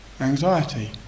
anxiety